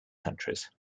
countries